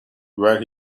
where